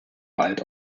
bald